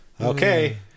Okay